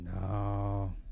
no